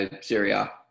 Syria